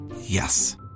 Yes